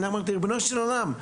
ואמרתי ריבונו של עולם,